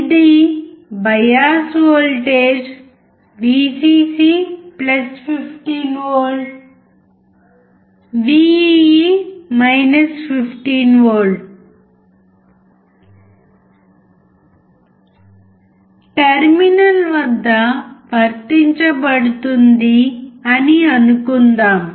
ఇది bias voltage Vcc 15V Vee terminal వద్ద వర్తించబడుతుంది అని అనుకుందాం